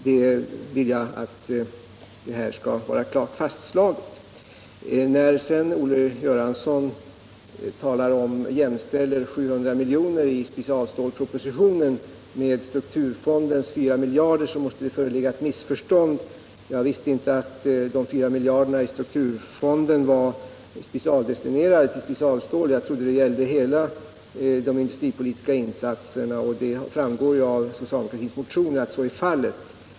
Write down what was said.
Det vill jag skall vara klart fastslaget. När Olle Göransson jämställer 700 miljoner i specialstålspropositionen med strukturfondens 4 miljarder, så måste det föreligga ett missförstånd. Jag visste inte att de 4 miljarderna i strukturfonden var specialdestine rade till specialstål. Jag trodde det gällde alla de industripolitiska Nr 44 insatserna, och det framgår ju av socialdemokratins motioner att så är fallet.